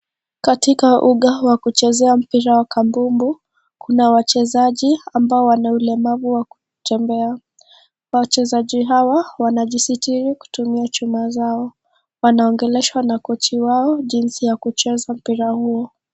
Katika uga wa kuchezea mpira wa kambumbu, kuna wachezaji ambao wana ulemavu wa kutembea. Wachezaji hawa wanajisitiri kutumia chuma zao. Wanaongeleshwa na kochi wao jinsi ya kucheza mpira huo.